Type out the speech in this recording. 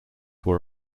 were